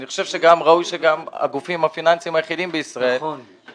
אני חושב שראוי שגם הגופים הפיננסיים היחידים בישראל יראו את הדף.